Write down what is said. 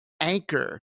anchor